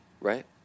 Right